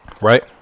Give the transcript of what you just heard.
right